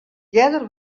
earder